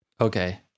Okay